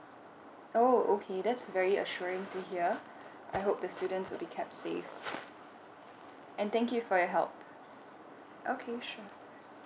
oh okay that's very assuring to hear I hope the students will be kept safe and thank you for your help okay sure